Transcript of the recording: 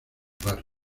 barrio